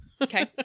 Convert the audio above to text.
Okay